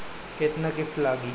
केतना किस्त लागी?